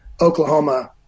Oklahoma